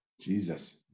Jesus